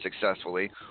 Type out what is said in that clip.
successfully